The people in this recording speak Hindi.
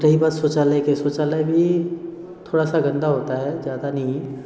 रही बात शौचालय की शौचालय भी थोड़ा सा गन्दा होता है ज़्यादा नहीं